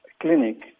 clinic